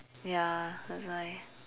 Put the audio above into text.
ya that's why